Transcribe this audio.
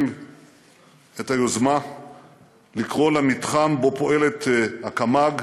את היוזמה לקרוא למתחם שבו פועלת הקמ"ג,